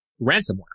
ransomware